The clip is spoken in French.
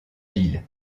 ville